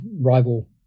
rival